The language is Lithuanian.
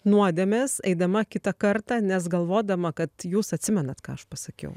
nuodėmes eidama kitą kartą nes galvodama kad jūs atsimenat ką aš pasakiau